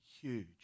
huge